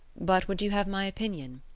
but would you have my opinion?